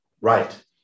Right